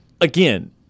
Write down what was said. again